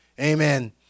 amen